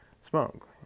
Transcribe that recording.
smoke